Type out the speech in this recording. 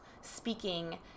speaking